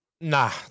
nah